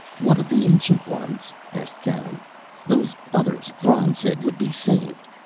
what of the ancient ones? asked garin those others thran said would be saved?